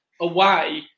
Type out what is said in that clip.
away